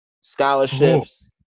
scholarships